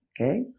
okay